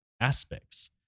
aspects